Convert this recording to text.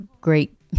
great